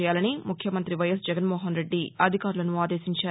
చేయాలని ముఖ్యమంతి వైఎస్ జగన్మోహన్ రెడ్డి అధికారులను ఆదేశించారు